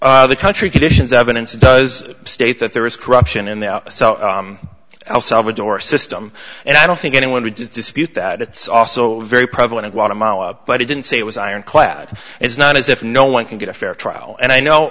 salvador the country conditions evidence does state that there is corruption in the el salvador system and i don't think anyone would dispute that it's also very prevalent in guatemala but he didn't say it was ironclad it's not as if no one can get a fair trial and i know